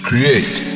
Create